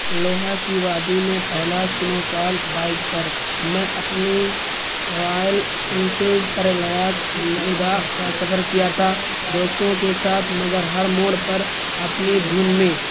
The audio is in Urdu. لیہ کی وادی میں پہلا سنو فال بائک پر میں اپنی رائل انفیلڈ پر لیہ لداخ کا سفر کیا تھا دوستوں کے ساتھ مگر ہر موڑ پر اپنی دھن میں